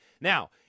Now